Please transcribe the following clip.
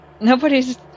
Nobody's